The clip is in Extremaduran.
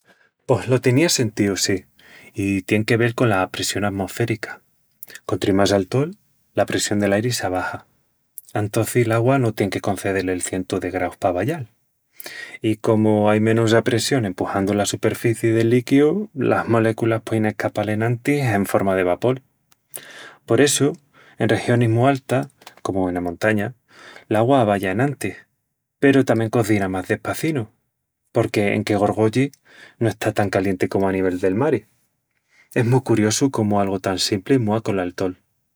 Pos lo tenía sentíu, sí... i tién que vel cola apressión amosférica... Contri más altol, l'apressión del airi s'abaxa. Antocis, l'augua no tién que concedel el cientu de graus p'aballal. I comu ai menus apressión empuxandu la superficii del liquiu, las moléculas puein escapal enantis en horma de vapol. Por essu, en regionis mu altas, comu ena montaña, l'augua aballa enantis, peru tamién cozina más despacinu, porque enque gorgolli, no está tan calienti comu a nivel del mari. Es mu curiosu cómu algu tan simpli múa col altol.